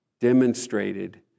demonstrated